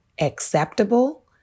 acceptable